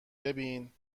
ببین